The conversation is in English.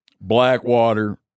Blackwater